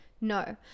No